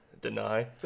Deny